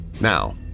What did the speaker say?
Now